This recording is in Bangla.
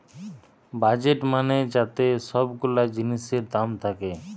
বাজেট মানে যাতে সব গুলা জিনিসের দাম থাকে